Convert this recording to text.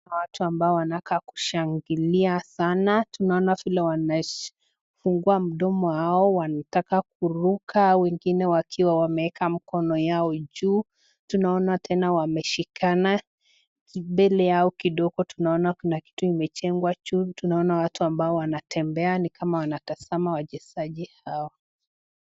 Kuna watu ambao wanakaa kushangilia sana, tunaona vile wamefungua mdomo yao wanataka kuruka wengine wakiwa wameweka mkono yao juu. Tunaona tena wameshikana, mbele yao kidogo tunaona kuna kitu imejengwa juu, tunaona watu ambao wanatembea ni kama wanatazama wachezaji hao.